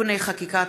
(תיקוני חקיקה),